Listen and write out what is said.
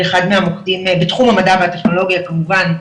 אחד מהמוקדים בתחום המדע והטכנולוגיה כמובן,